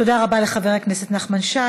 תודה רבה לחבר הכנסת נחמן שי.